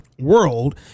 world